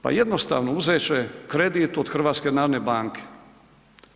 Pa jednostavno, uzet će kredit od HNB-a.